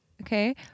okay